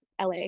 LA